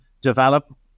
develop